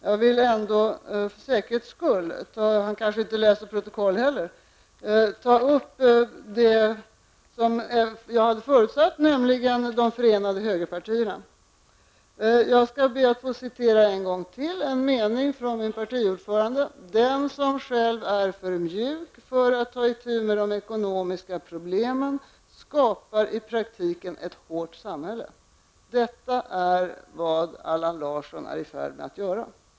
Jag vill ändå -- för säkerhets skull, med tanke på att Allan Larsson kanske inte heller läser protokoll -- ta upp det som jag hade förutsatt att han skulle nämna i sitt anförande, dvs. de ''förenade högerpartierna''. Jag skall be att än en gång få citera min partiordförande: ''Den som själv är för mjuk för att ta itu med de ekonomiska problemen skapar i praktiken ett hårt samhälle.'' Detta är vad Allan Larsson är i färd med att göra.